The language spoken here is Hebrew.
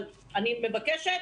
אבל אני מבקשת,